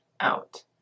out